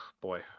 boy